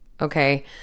okay